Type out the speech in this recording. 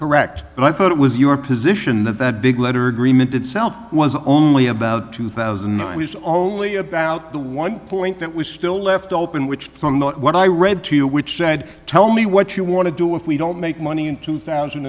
correct but i thought it was your position that that big letter agreement itself was only about two thousand and was only about one point that was still left open which what i read to you which said tell me what you want to do if we don't make money in two thousand